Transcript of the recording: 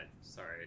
sorry